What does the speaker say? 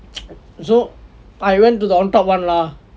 so I went to the on top one lah